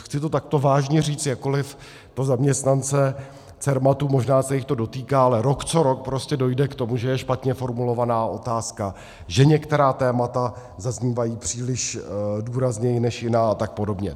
Chci to takto vážně říct, jakkoliv pro zaměstnance Cermatu, možná se jich to dotýká, ale rok co rok prostě dojde k tomu, že je špatně formulovaná otázka, že některá témata zaznívají příliš důrazněji než jiná a tak podobně.